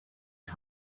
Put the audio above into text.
you